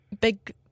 big